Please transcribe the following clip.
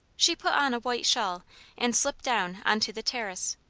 she put on a white shawl and slipped down on to the terrace.